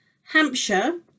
Hampshire